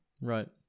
right